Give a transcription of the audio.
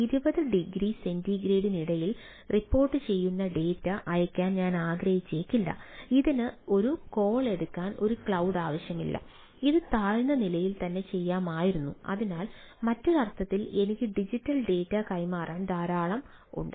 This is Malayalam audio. ഇപ്പോൾ ക്ലൌഡ് കൈമാറാൻ ധാരാളം ഉണ്ട്